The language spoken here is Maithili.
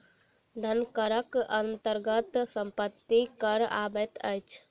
धन करक अन्तर्गत सम्पत्ति कर अबैत अछि